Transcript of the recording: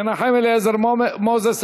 מנחם אליעזר מוזס,